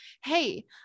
hey